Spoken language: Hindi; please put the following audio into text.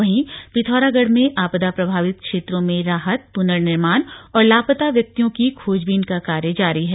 वहीं पिथौरागढ़ में आपदा प्रभावित क्षेत्रों में राहत पुर्ननिर्माण और लापता व्यक्तियों की खोजबीन का कार्य जारी है